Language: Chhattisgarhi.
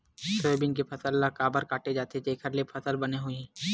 सोयाबीन के फसल ल काबर काटे जाथे जेखर ले फसल बने होही?